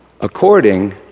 According